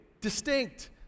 distinct